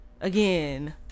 again